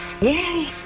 Yay